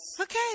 Okay